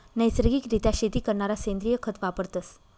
नैसर्गिक रित्या शेती करणारा सेंद्रिय खत वापरतस